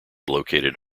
located